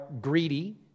greedy